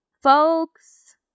folks